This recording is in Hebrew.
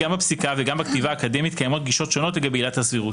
גם בפסיקה וגם בכתיבה האקדמית קיימות גישות שונות לגבי עילת הסבירות.